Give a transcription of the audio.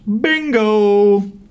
Bingo